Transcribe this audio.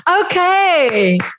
Okay